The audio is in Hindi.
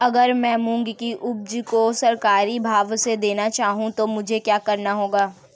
अगर मैं मूंग की उपज को सरकारी भाव से देना चाहूँ तो मुझे क्या करना होगा?